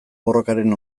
borrokaren